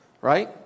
right